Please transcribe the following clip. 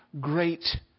great